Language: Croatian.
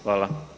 Hvala.